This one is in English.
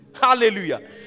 Hallelujah